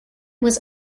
was